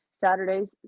Saturdays